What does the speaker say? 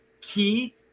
key